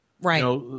Right